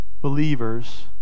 believers